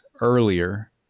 earlier